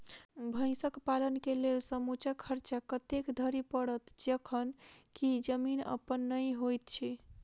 भैंसक पालन केँ लेल समूचा खर्चा कतेक धरि पड़त? जखन की जमीन अप्पन नै होइत छी